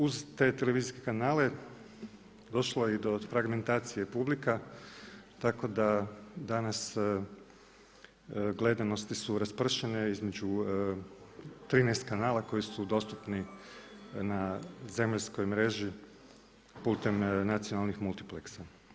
Uz te televizijske kanale došlo je i do fragmentacije publika tako da danas gledanosti su raspršene između 13 kanala koji su dostupni na zemaljskoj mreži putem nacionalnih multipleksa.